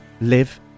live